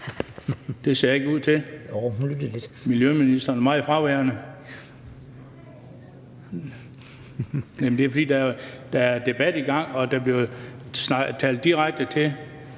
Det ser det ikke ud til. Miljøministeren er meget fraværende. Jeg siger det, fordi der er en debat i gang og der bliver talt direkte til